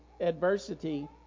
adversity